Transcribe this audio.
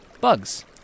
bugs